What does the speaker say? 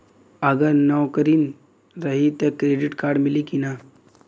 अगर नौकरीन रही त क्रेडिट कार्ड मिली कि ना?